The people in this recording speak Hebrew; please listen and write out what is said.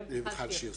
שיר,